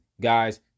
Guys